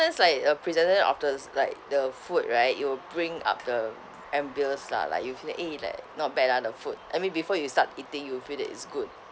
like uh presentation of the like the food right it will bring up the ambience lah like you feel that eh like not bad ah the food I mean before you start eating you feel that is good